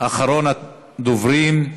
אחרון הדוברים.